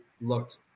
looked